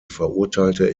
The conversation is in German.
verurteilte